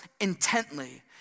intently